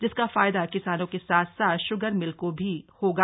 जिसका फायदा किसानों के साथ साथ श्गर मिल को भी होगा